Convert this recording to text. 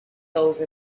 those